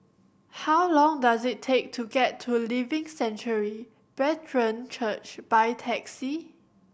how long does it take to get to Living Sanctuary Brethren Church by taxi